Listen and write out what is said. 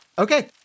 Okay